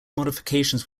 modifications